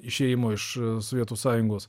išėjimo iš sovietų sąjungos